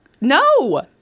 No